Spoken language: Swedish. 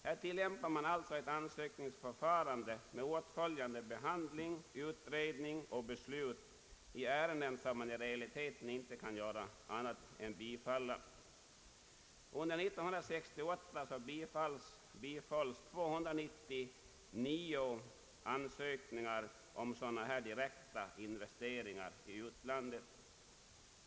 Här tillämpar man alltså ett ansökningsförfarande med åtföljande behandling, utredning och beslut i ärenden som man i realiteten inte kan göra annat än bifalla. Under 1968 bifölls 299 ansökningar om sådana direkta investeringar i utlandet.